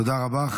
תודה רבה.